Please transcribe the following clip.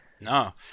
No